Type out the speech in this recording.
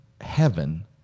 heaven